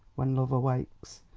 when love awakes.